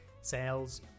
sales